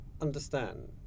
understand